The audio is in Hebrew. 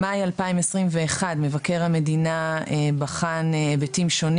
במאי 2021 מבקר המדינה בחן היבטים שונים